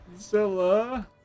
Zilla